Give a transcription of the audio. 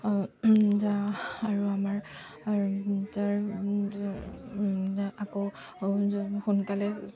আৰু আমাৰ যাৰ আকৌ সোনকালে